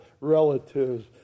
relatives